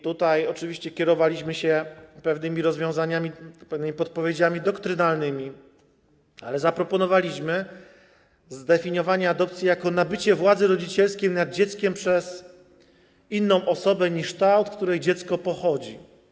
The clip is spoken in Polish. Tutaj oczywiście kierowaliśmy się pewnymi rozwiązaniami, pewnymi podpowiedziami doktrynalnymi i zaproponowaliśmy zdefiniowanie adopcji jako nabycia władzy rodzicielskiej nad dzieckiem przez inną osobę niż ta, od której dziecko pochodzi.